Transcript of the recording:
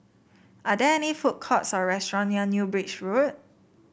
are there any food courts or restaurant near New Bridge Road